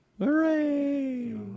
Hooray